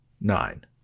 nine